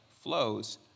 flows